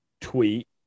tweet